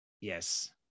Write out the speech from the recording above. Yes